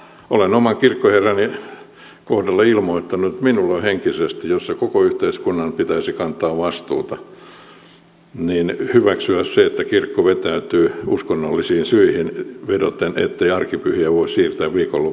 olen oman kirkkoherrani kohdalle ilmoittanut että minulle on henkisesti vaikeaa jos koko yhteiskunnan pitäisi kantaa vastuuta hyväksyä se että kirkko vetäytyy uskonnollisiin syihin vedoten ettei arkipyhiä voi siirtää viikonlopun yhteyteen